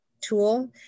tool